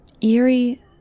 eerie